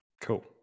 Cool